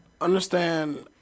understand